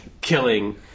killing